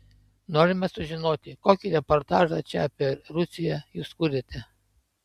norime sužinoti kokį reportažą čia apie rusiją jūs kuriate